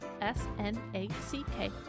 S-N-A-C-K